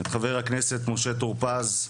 את חבר הכנסת משה טור-פז,